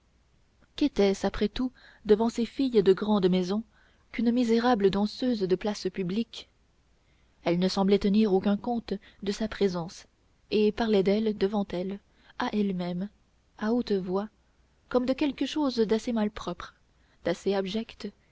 qu'était-ce après tout devant ces filles de grande maison qu'une misérable danseuse de place publique elles ne semblaient tenir aucun compte de sa présence et parlaient d'elle devant elle à elle-même à haute voix comme de quelque chose d'assez malpropre d'assez abject